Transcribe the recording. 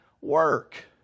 work